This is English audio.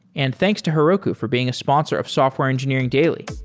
and thanks to heroku for being a sponsor of software engineering daily